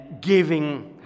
giving